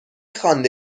خوانده